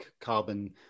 carbon